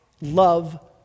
love